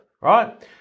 right